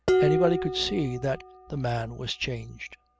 anybody could see that the man was changed.